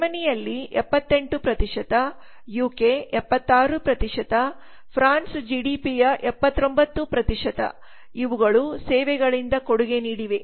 ಜರ್ಮನಿಯಲ್ಲಿ 78 UK 76 France ಜಿಡಿಪಿಯ 79 ಇವುಗಳುಸೇವೆಗಳಿಂದಕೊಡುಗೆ ನೀಡಿವೆ